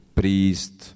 priest